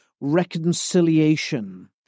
reconciliation